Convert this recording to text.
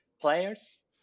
players